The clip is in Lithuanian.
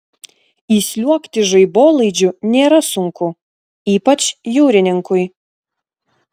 įsliuogti žaibolaidžiu nėra sunku ypač jūrininkui